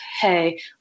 Hey